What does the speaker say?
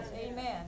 Amen